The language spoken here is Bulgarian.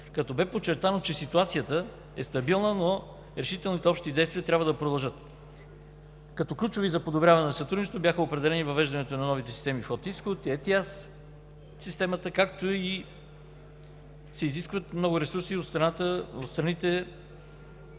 като бе подчертано, че ситуацията е стабилна, но решителните общи действия трябва да продължат. Като ключови за подобряване на сътрудничеството бяха определени въвеждането на новите системи Вход/Изход и ETIAS-системата, които изискват и много ресурси от страна